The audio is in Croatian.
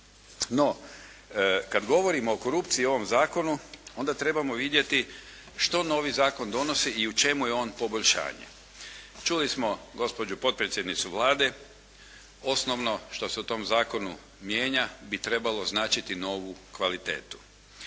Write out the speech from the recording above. No, kad govorimo o korupciji u ovom zakonu onda trebamo vidjeti što novi zakon donosi i u čemu je on poboljšanje. Čuli smo gospođu potpredsjednicu Vlade, osnovno što se u tom zakonu mijenja bi trebalo značiti novu kvalitetu.